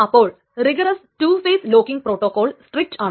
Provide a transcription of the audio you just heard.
അപ്പോൾ rigorous two phase locking protocol strict ആണ്